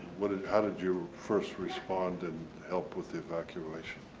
what did, how did you first respond and help with the evacuation?